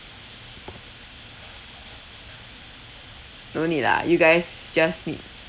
no need ah you guys just need